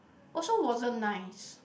also wasn't nice